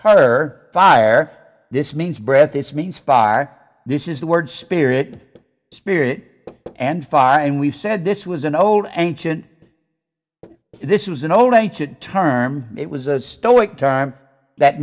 per fire this means breath this means fire this is the word spirit spirit and fire and we said this was an old ancient this is an old ancient term it was a stoic time that